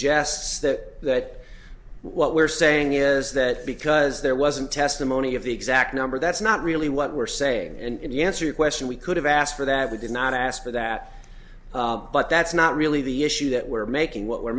suggests that what we're saying is that because there wasn't testimony of the exact number that's not really what we're saying and the answer question we could have asked for that we did not ask for that but that's not really the issue that we're making what we're